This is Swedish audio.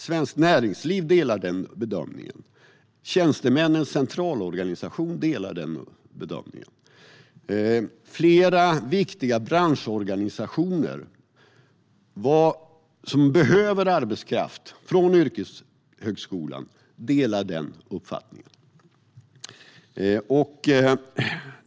Svenskt Näringsliv, Tjänstemännens Centralorganisation och flera viktiga branschorganisationer som behöver arbetskraft från yrkeshögskolan delar den uppfattningen.